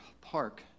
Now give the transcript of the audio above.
park